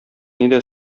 нидә